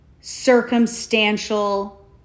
circumstantial